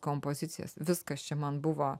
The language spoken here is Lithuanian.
kompozicijas viskas čia man buvo